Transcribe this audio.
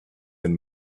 and